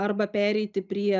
arba pereiti prie